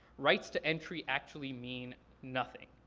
rights to entry actually mean nothing.